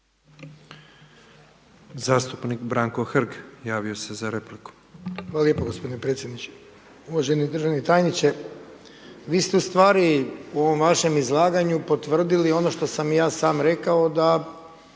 Zastupnik Branko Hrg javio se za repliku.